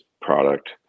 product